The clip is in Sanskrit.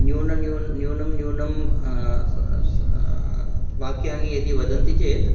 न्यूनं न्यूनं न्यूनं न्यूनं स् वाक्यानि यदि वदन्ति चेत्